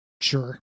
sure